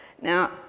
Now